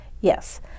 Yes